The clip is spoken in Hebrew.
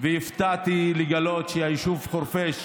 והופתעתי לגלות שהיישוב חורפיש,